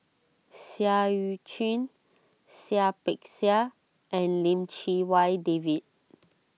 Seah Eu Chin Seah Peck Seah and Lim Chee Wai David